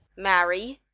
marry,